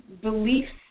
beliefs